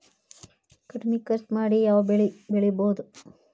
ಕಡಮಿ ಖರ್ಚ ಮಾಡಿ ಯಾವ್ ಬೆಳಿ ಬೆಳಿಬೋದ್?